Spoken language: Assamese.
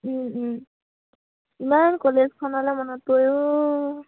ইমান কলেজখনলে মনত পৰেঅ